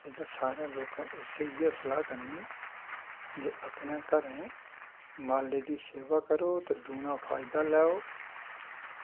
एह्दा सारें लोकें इ'यै स्लाह् करनी जे अपने घरें माल्ले दी सेवा करो ते दूना फैदा लैओ